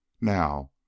Now